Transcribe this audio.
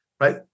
right